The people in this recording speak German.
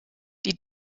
die